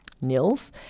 NILS